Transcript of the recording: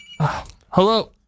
Hello